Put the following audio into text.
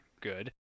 good